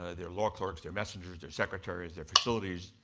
ah their law clerks, their messengers their secretaries, their facilities,